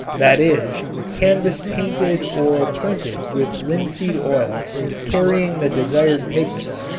that is canvas painted or printed with linseed oil carrying the desired pigments.